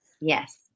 Yes